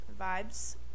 vibes